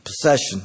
Possession